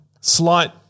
slight